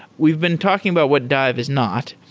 we've been talking about what dive is not.